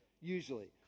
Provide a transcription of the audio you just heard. usually